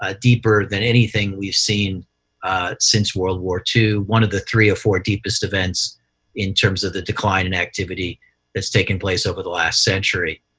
ah deeper than anything we've seen since world war ii, one of the three or four deepest events in terms of the decline in activity that's taken place over the last century.